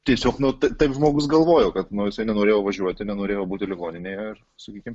tiesiog nu taip žmogus galvojo kad nu jisai nenorėjo važiuoti nenorėjo būti ligoninėje ir sakykim